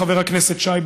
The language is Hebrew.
חבר הכנסת שי,